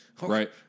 Right